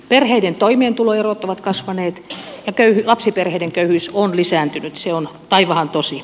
perheiden toimeentuloerot ovat kasvaneet ja lapsiperheiden köyhyys on lisääntynyt se on taivahan tosi